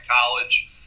college